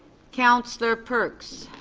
councillor perks?